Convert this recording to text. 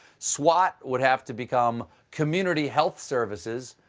swat would have to become community health services.